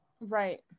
Right